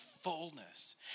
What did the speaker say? fullness